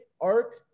ARC